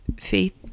faith